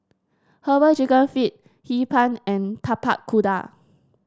herbal chicken feet Hee Pan and Tapak Kuda